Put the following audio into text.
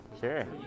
Sure